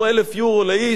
איך כתב לי מישהו?